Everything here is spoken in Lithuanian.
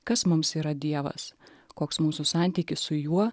kas mums yra dievas koks mūsų santykis su juo